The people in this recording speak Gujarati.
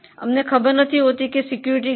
અમને ખબર નથી કે પેહરેદાર